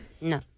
no